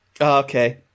Okay